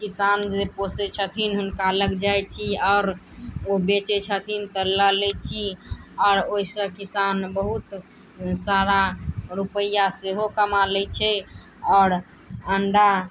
किसान जे पोसै छथिन हुनका लग जाइ छी आओर ओ बेचै छथिन तऽ लऽ लै छी आओर ओहिसँ किसान बहुत सारा रुपैआ सेहो कमा लै छै आओर अण्डा